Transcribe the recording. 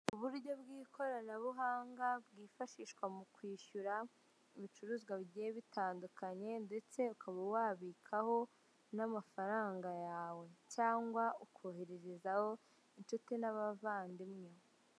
Uburyo bw'ikoranabuhanga bwifashishwa mu kwishyura ibicuruzwa bigiye bitandukanye ndetse ukaba wabikaho n'amafaranga yawe cyangwa ukohererezaho inshuti n'abavandimwe.